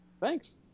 Thanks